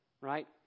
right